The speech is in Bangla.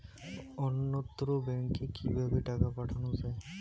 অন্যত্র ব্যংকে কিভাবে টাকা পাঠানো য়ায়?